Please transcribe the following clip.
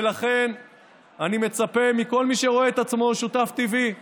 ולכן אני מצפה מכל מי שרואה את עצמו שותף טבעי